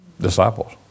disciples